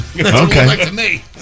Okay